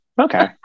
okay